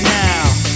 now